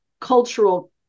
cultural